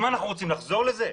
האם אנחנו רוצים לחזור לזה?